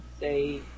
say